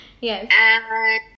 Yes